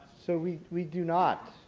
so, we we do not.